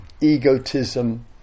egotism